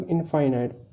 Infinite